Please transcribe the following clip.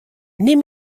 nim